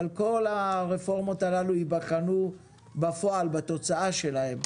אבל כל הרפורמות הללו יבחנו בפועל בתוצאה שלהם.